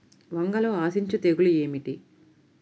వంగలో ఆశించు తెగులు ఏమిటి?